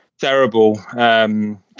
terrible